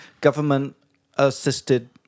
government-assisted